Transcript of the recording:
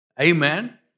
Amen